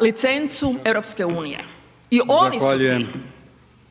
licencu Europske unije i oni su ti.